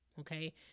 Okay